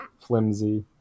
flimsy